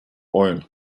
oil